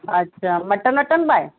अच्छा mutton mutton बि आहे